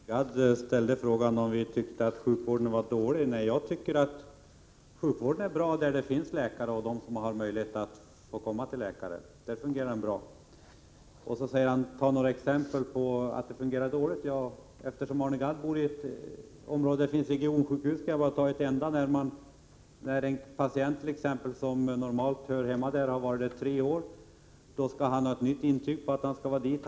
Fru talman! Arne Gadd ställde frågan om vi tyckte att sjukvården var dålig. Nej, jag tycker att sjukvården fungerar bra där det finns läkare och där människor har möjlighet att komma till läkare. Arne Gadd ville att jag skulle ta några exempel på att sjukvården fungerar dåligt. Eftersom Arne Gadd bor i ett område där det finns regionsjukhus kan jag ta ett exempel därifrån. När en patient som normalt hör hemma där har gått där i tre år skall han ha ett nytt intyg på att han hör dit.